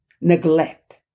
Neglect